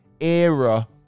Era